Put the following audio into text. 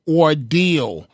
ordeal